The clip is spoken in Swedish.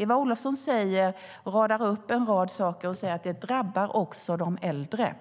Eva Olofsson radar upp en rad saker och säger att detta drabbar också de äldre.